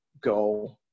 go